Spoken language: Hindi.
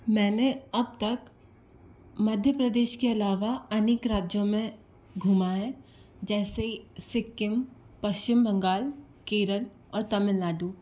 मैंने अब तक मध्य प्रदेश के अलावा अनेक राज्यों में घूमा है जैसे सिक्किम पश्चिम बंगाल केरल और तमिलनाडु